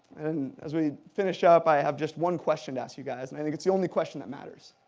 and as we finish ah up, i have just one question to ask you guys, and i think it's the only question that matters.